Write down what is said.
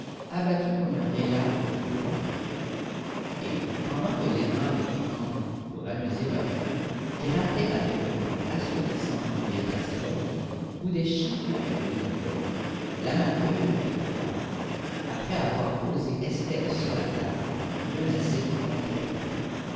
abattu comme un vieil arbre foudroyé et pendant que lénore et henri pour amuser leur faim grattaient avec un bruit assourdissant une vieille casserole où des choux avaient bouilli la veille la maheude toute droite après avoir posé estelle sur la table menaçait du poing catherine